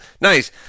nice